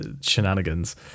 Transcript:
shenanigans